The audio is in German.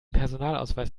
personalausweis